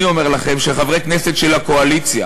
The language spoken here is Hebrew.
אני אומר לכם שחברי הכנסת של הקואליציה